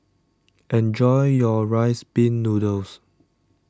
enjoy your Rice Pin Noodles